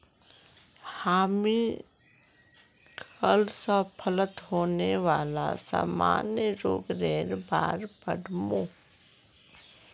हामी कल स फलत होने वाला सामान्य रोगेर बार पढ़ मु